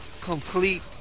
complete